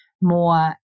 more